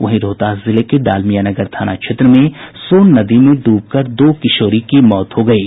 वहीं रोहतास जिले के डालमियानगर थाना क्षेत्र में सोन नदी में डूबकर दो किशोरी की मौत हो गयी